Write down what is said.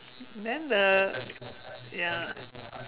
then the ya